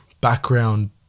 background